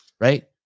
right